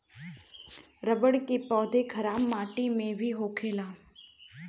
रबड़ के पौधा खराब माटी में भी होखेला